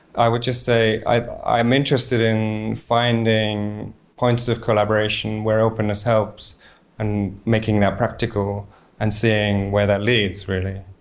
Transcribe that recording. i would just say i'm interested in finding points of collaboration where openness helps and making that practical and seeing where that leads, really.